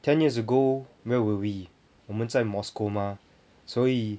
ten years ago where were we 我们在 moscow mah 所以